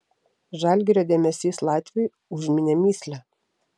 žalgirio dėmesys latviui užminė mįslę